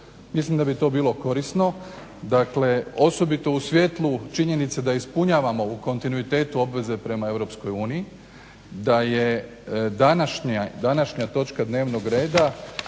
Mislim da bi to bilo korisno, dakle osobito u svjetlu činjenice da ispunjavamo u kontinuitetu obveze prema Europskoj uniji, da je današnja točka dnevnog reda